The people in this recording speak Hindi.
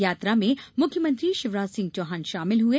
यात्रा में मुख्यमंत्री शिवराज सिंह चौहान शामिल हुए